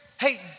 hey